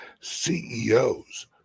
CEOs